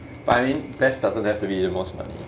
finding best doesn't have to be the most money